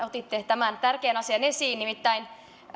otitte tämän tärkeän asian esiin nimittäin